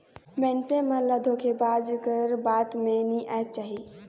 मइनसे मन ल धोखेबाज कर बात में नी आएक चाही